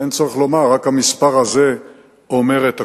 אין צורך לומר, רק המספר הזה אומר את הכול,